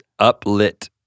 uplit